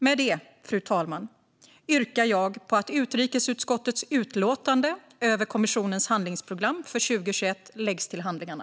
Med det, fru talman, yrkar jag bifall till förslaget att utrikesutskottets utlåtande över kommissionens handlingsprogram för 2021 läggs till handlingarna.